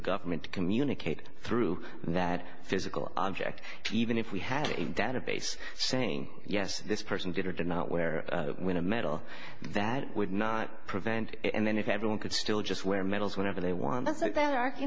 government to communicate through that physical object even if we had a database saying yes this person did or did not wear win a medal that would not prevent it and then if everyone could still just wear medals whenever they want